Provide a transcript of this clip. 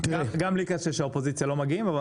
זה בלי קשר שהאופוזיציה לא מגיעה לוועדות,